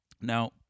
Now